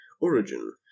Origin